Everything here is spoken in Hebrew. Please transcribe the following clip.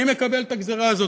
אני מקבל את הגזרה הזאת.